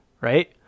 right